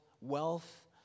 wealth